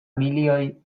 milioi